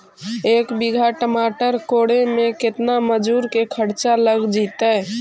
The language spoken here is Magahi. एक बिघा टमाटर कोड़े मे केतना मजुर के खर्चा लग जितै?